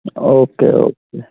okay okay